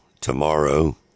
tomorrow